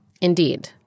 Indeed